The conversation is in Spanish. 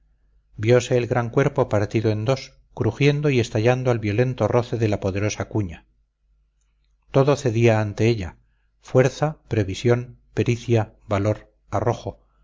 viose el gran cuerpo partido en dos crujiendo y estallando al violento roce de la poderosa cuña todo cedía ante ella fuerza previsión pericia valor arrojo